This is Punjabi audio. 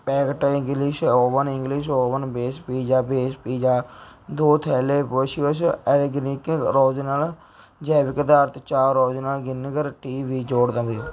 packet English oven English oven base pizza base pizza ਦੋ ਥੈਲੇ ਪੋਸ਼ਵੇਸ਼ ਆਰਗੈਨਿਕਾ ਆਰਗੈਨਾ ਜੈਵਿਕ ਅਦਰਕ ਚਾਹ ਆਰਗੈਨਾ ਗਿਨਗੇਰ ਟੀ ਵੀ ਜੋੜ ਦਵੋ